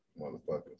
motherfuckers